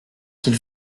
qu’il